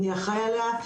מי אחראי עליה,